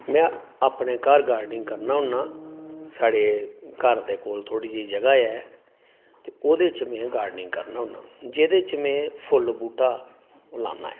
में अपने घर गार्डनिंग करना होन्नां साढ़े घर दे कोल थोह्ड़ी जेही जगह् ऐ ते ओह्दे च में गार्डनिंग करना होन्नां जेह्दे च में फुल्ल बूह्टा लान्ना आं